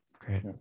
great